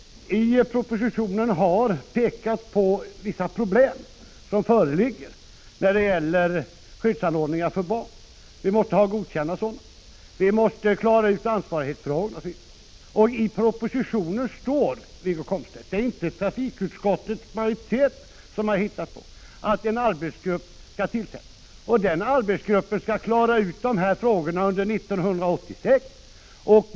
I propositionen har pekats på vissa problem som föreligger när det gäller skyddsanordningar för barn. Vi måste ha godkända sådana. Vi måste klara ut ansvarighetsfrågan osv. Och Wiggo Komstedt, det står i propositionen — det är inte trafikutskottets majoritet som har hittat på det — att en arbetsgrupp skall tillsättas och att den skall klara ut de här frågorna under 1986.